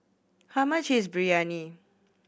how much is Biryani